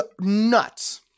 nuts